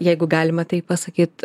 jeigu galima taip pasakyt